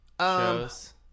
shows